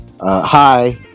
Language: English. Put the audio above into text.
Hi